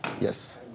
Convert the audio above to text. yes